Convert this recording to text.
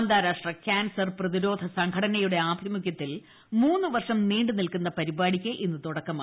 അന്താരാഷ്ട്ര കാൻസർ പ്രതിരോധ സംഘടനയുടെ ആഭിമുഖ്യത്തിൽ മൂന്നു വർഷം നീണ്ടുനിൽക്കുന്ന പരിപാടിയ്ക്ക് ഇന്ന് തുടക്കമായി